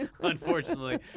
Unfortunately